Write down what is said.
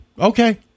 Okay